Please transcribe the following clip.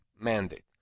mandate